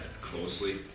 closely